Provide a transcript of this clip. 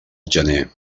gener